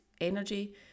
energy